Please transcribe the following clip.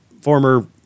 former